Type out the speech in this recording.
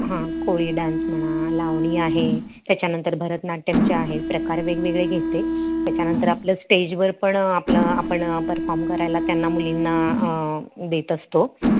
हां कोळी डान्स म्हणा लावणी आहे त्याच्यानंतर भरतनाट्यमचे आहेत प्रकार वेगवेगळे घेते त्याच्यानंतर आपलं स्टेजवर पण आपलं आपण परफॉर्म करायला त्यांना मुलींना देत असतो